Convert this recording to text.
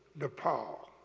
nepal.